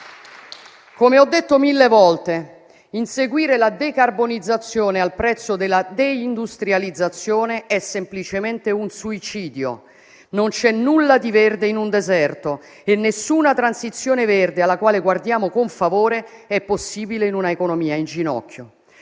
Come ho detto mille volte, inseguire la decarbonizzazione al prezzo della deindustrializzazione è semplicemente un suicidio. Non c'è nulla di verde in un deserto e nessuna transizione verde alla quale guardiamo con favore è possibile in un'economia in ginocchio.